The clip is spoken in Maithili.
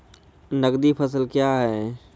नगदी फसल क्या हैं?